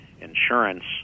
insurance